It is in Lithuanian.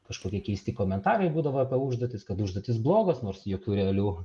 kažkokie keisti komentarai būdavo apie užduotis kad užduotys blogos nors jokių realių